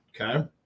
okay